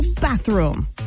bathroom